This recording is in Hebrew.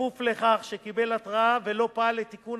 בכפוף לכך שקיבל התראה ולא פעל לתיקון